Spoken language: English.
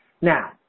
Now